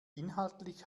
inhaltlich